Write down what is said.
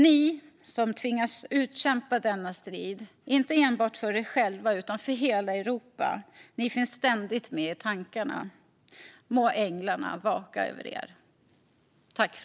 Ni som tvingas utkämpa denna strid, inte bara för er själva utan för hela Europa, finns ständigt med i tankarna. Må änglarna vaka över er!